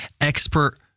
expert